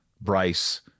Bryce